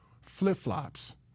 Flip-flops